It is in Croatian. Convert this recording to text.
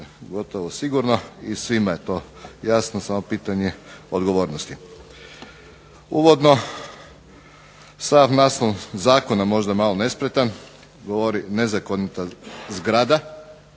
gotovo sigurno i svima je to jasno, samo pitanje odgovornosti. Uvodno, sam naslov zakona je možda malo nespretan, govori nezakonita zgrada.